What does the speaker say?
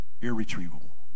irretrievable